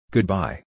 Goodbye